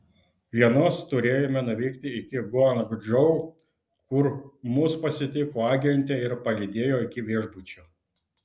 vienos turėjome nuvykti iki guangdžou kur mus pasitiko agentė ir palydėjo iki viešbučio